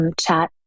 Chat